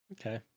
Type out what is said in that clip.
Okay